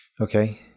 Okay